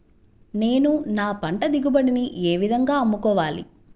నేను నా పంట దిగుబడిని ఏ విధంగా అమ్ముకోవాలి?